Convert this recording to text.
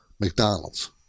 McDonald's